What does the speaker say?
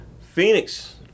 Phoenix